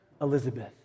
Elizabeth